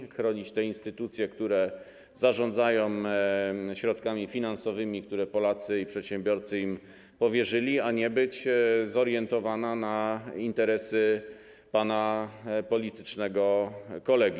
Musi chronić instytucje, które zarządzają środkami finansowymi, które Polacy i przedsiębiorcy im powierzyli, a nie być zorientowana na interesy pana politycznego kolegi.